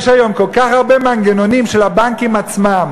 יש היום כל כך הרבה מנגנונים של הבנקים עצמם,